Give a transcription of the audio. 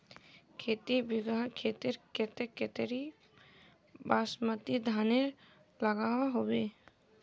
खेती बिगहा खेतेर केते कतेरी बासमती धानेर लागोहो होबे?